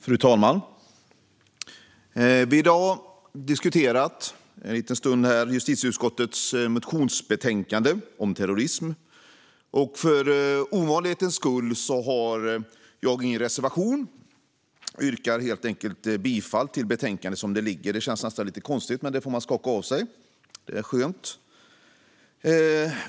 Fru talman! Vi diskuterar i dag justitieutskottets motionsbetänkande om terrorism. För ovanlighets skull har jag ingen reservation och yrkar helt enkelt bifall till förslaget i betänkandet som det ligger. Det känns nästan lite konstigt, men det får man skaka av sig. Det är skönt.